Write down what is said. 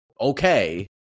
okay